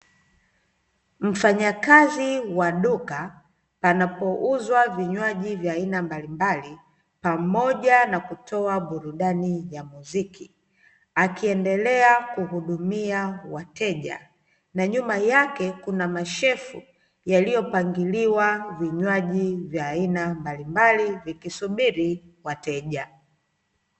Mfanyakazi wa duka panapouzwa vinywaji vya aina mbalimbali pamoja na kutoa burudani ya muziki, akiendelea kuhudumia wateja na nyuma yake kuna mashelfu yaliyopangiliwa vinywaji vya aina mbalimbali vikisubiri wateja.